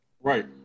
Right